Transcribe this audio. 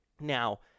Now